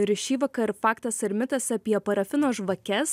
ir šįvakar faktas ar mitas apie parafino žvakes